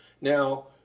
Now